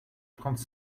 trente